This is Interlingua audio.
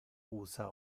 usa